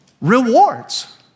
rewards